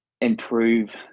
improve